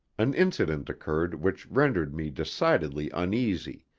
an incident occurred which rendered me decidedly uneasy,